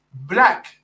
Black